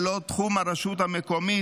ולא תחום הרשות המקומית,